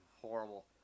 Horrible